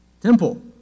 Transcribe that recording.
Temple